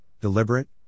deliberate